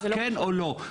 כן או לא.